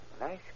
Nice